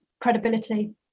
credibility